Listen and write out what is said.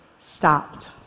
stopped